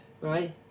right